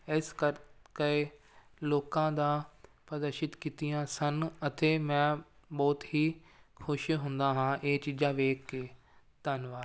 ਇਸ ਕਰਕੇ ਲੋਕਾਂ ਦਾ ਪ੍ਰਦਰਸ਼ਿਤ ਕੀਤੀਆਂ ਸਨ ਅਤੇ ਮੈਂ ਬਹੁਤ ਹੀ ਖੁਸ਼ ਹੁੰਦਾ ਹਾਂ ਇਹ ਚੀਜ਼ਾਂ ਵੇਖ ਕੇ ਧੰਨਵਾਦ